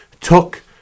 took